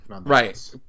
Right